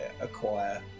acquire